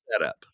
setup